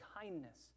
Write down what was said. kindness